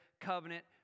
covenant